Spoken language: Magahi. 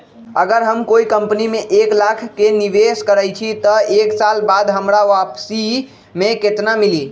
अगर हम कोई कंपनी में एक लाख के निवेस करईछी त एक साल बाद हमरा वापसी में केतना मिली?